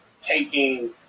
taking